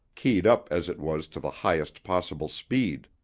keyed up, as it was, to the highest possible speed.